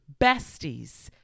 Besties